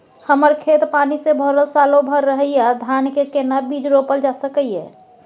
हमर खेत पानी से भरल सालो भैर रहैया, धान के केना बीज रोपल जा सकै ये?